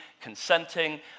consenting